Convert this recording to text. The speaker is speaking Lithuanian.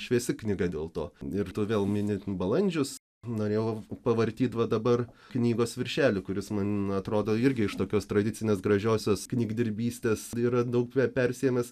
šviesi knyga dėl to ir tu vėl mini balandžius norėjau pavartyt va dabar knygos viršelį kuris man atrodo irgi iš tokios tradicinės gražiosios knygdirbystės yra daug pe persiėmęs